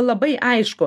labai aišku